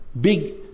big